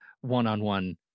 one-on-one